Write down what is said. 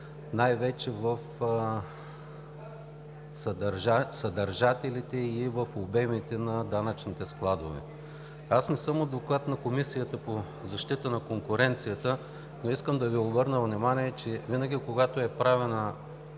най-вече в съдържателите и в обемите на данъчните складове. Аз не съм адвокат на Комисията за защита на конкуренцията, но искам да Ви обърна внимание, че винаги когато е правен